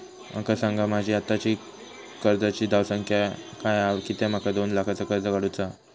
माका सांगा माझी आत्ताची कर्जाची धावसंख्या काय हा कित्या माका दोन लाखाचा कर्ज काढू चा हा?